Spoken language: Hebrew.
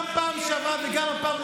גם בפעם שעברה וגם הפעם,